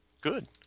Good